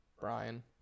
Brian